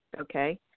Okay